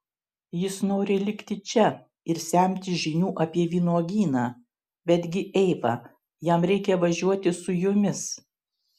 jis nori likti čia ir semtis žinių apie vynuogyną betgi eiva jam reikia važiuoti su jumis